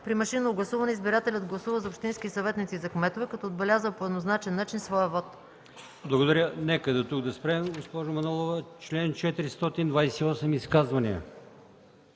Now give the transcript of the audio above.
При машинно гласуване избирателят гласува за общински съветници и за кметове, като отбелязва по еднозначен начин своя вот.”